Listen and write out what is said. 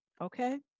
Okay